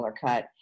cut